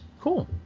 Cool